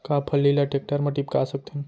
का फल्ली ल टेकटर म टिपका सकथन?